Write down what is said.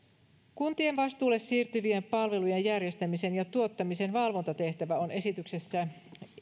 kuntien vastuulle siirtyvien palvelujen järjestämisen ja tuottamisen valvontatehtävä on esityksessä